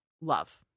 love